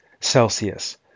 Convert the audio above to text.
celsius